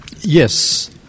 Yes